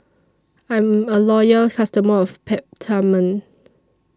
I'm A Loyal customer of Peptamen